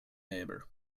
neighbour